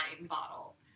bottle